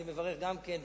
אני מברך גם כן,